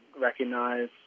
recognize